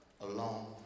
alone